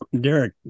derek